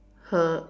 !huh!